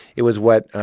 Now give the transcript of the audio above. it was what